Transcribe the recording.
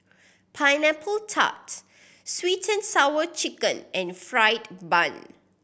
Pineapple Tart Sweet And Sour Chicken and fried bun